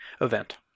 event